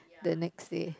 the next day